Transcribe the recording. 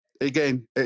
Again